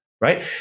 right